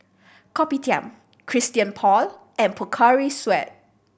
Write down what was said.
Kopitiam Christian Paul and Pocari Sweat